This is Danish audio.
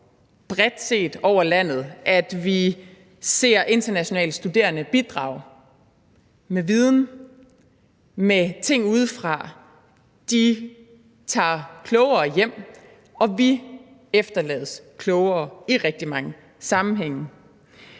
bredt set over landet, at vi ser internationale studerende bidrage med viden, med ting udefra. De tager klogere hjem, og vi efterlades klogere i rigtig mange sammenhænge.